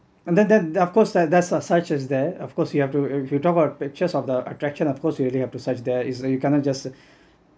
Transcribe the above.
and then then of course there a search is there of course you have to if you talk about pictures of attraction of course you already have to search there is that you cannot just